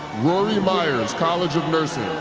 rory meyers college of nursing